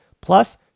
Plus